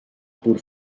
pur